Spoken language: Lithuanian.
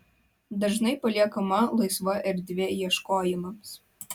dažnai paliekama laisva erdvė ieškojimams